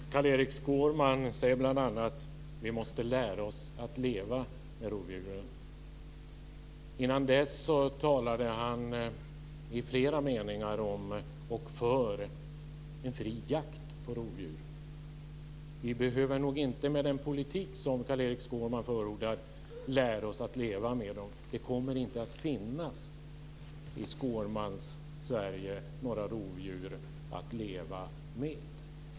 Fru talman! Carl-Erik Skårman säger bl.a. att vi måste lära oss att leva med rovdjuren. Innan dess talade han i flera meningar om och för en fri jakt på rovdjur. Med den politik som Carl-Erik Skårman förordar behöver vi nog inte lära oss att leva med dem. Det kommer inte att finnas några rovdjur att leva med i Skårmans Sverige.